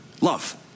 love